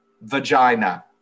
vagina